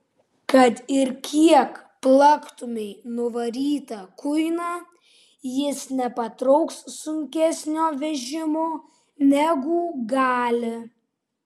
kad ir kiek plaktumei nuvarytą kuiną jis nepatrauks sunkesnio vežimo negu gali